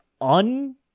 un-